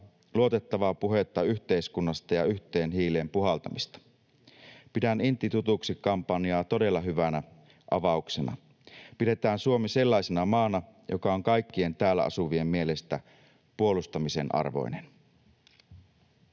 luotettavaa puhetta yhteiskunnasta ja yhteen hiileen puhaltamista. Pidän Intti tutuksi ‑kampanjaa todella hyvänä avauksena. Pidetään Suomi sellaisena maana, joka on kaikkien täällä asuvien mielestä puolustamisen arvoinen.